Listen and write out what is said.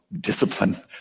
discipline